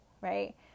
right